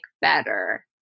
better